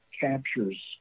captures